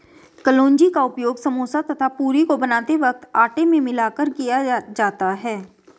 कलौंजी का उपयोग समोसा तथा पूरी को बनाते वक्त आटे में मिलाकर किया जाता है